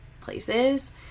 places